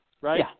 right